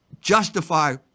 justify